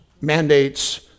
mandates